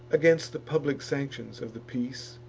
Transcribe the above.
against the public sanctions of the peace,